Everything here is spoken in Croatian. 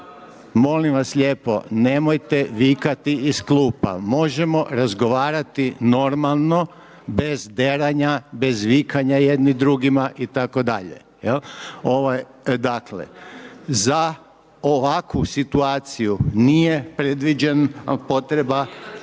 molim vas lijepo, nemojte vikati iz klupa. Možemo razgovarati normalno bez deranja, bez vikanja jedni drugima itd., jel'. Dakle, za ovakvu situaciju nije predviđena potreba